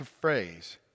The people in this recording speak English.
phrase